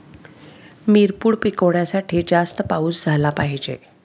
मिरपूड पिकवण्यासाठी जास्त पाऊस झाला पाहिजे